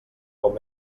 com